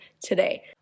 today